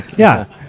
yeah.